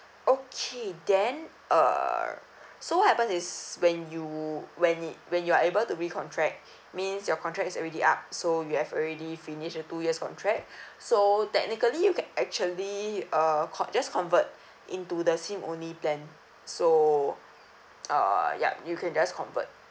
okay then err so what happens is when you when it when you are able to recontract means your contract is already up so you have already finished the two years contract so technically you can actually uh co~ just convert into the SIM only plan so uh yup you can just convert